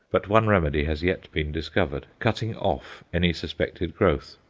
but one remedy has yet been discovered cutting off any suspected growth.